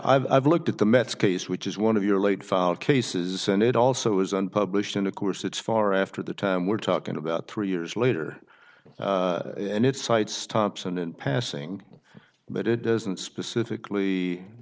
i've i've looked at the mets case which is one of your late found cases and it also is unpublished and of course it's far after the time we're talking about three years later in its sights thompson in passing but it doesn't specifically